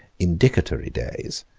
indicatory days,